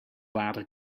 water